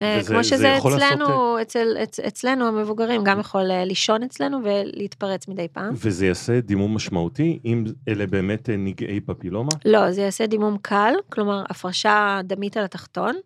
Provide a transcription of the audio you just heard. כמו שזה אצלנו, אצלנו המבוגרים גם יכול לישון אצלנו ולהתפרץ מדי פעם. וזה יעשה דימום משמעותי, אם אלה באמת נגעי פפילומה? לא, זה יעשה דימום קל, כלומר הפרשה דמית על התחתון.